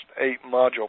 eight-module